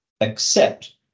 accept